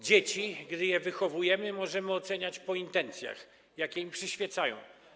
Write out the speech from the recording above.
Dzieci, kiedy je wychowujemy, możemy oceniać po intencjach, jakie im przyświecają.